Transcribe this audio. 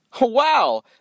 Wow